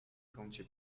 kącie